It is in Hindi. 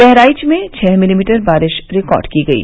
बहराइच में छः मिलीमिटर बारिश रिकार्ड की गयी